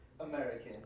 American